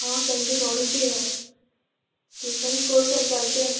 ହଁ ସେମିତି ପଢ଼ୁଛି ଆଉ ଟ୍ୟୁସନ୍ ସ୍କୁଲ୍ ସବୁ ଚାଲିଛି ଆଉ